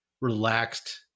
relaxed